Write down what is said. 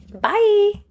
Bye